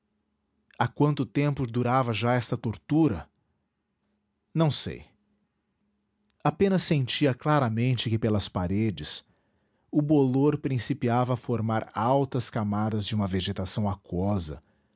há quanto tempo durava já esta tortura não sei apenas sentia claramente que pelas paredes o bolor principiava a formar altas camadas de uma vegetação aquosa